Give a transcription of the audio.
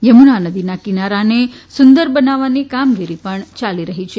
યમુના નદીના કિનારાને સુંદર બનાવવાની કામગીરી પણ યાલી રહી છે